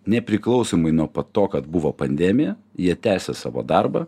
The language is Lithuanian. nepriklausomai nuo po to kad buvo pandemija jie tęsia savo darbą